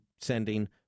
sending